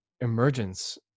emergence